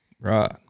Right